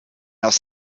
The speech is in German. aus